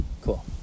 cool